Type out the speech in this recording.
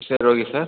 சரி okay sir